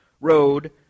road